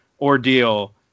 ordeal